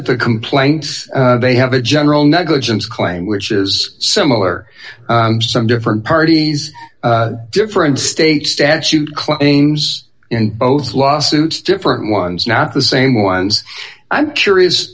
at the complaint they have a general negligence claim which is similar on some different parties different state statute claims in both lawsuits different ones not the same ones i'm curious